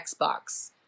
Xbox